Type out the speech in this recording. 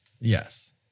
yes